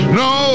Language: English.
no